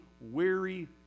weary